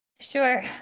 Sure